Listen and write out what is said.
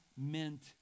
meant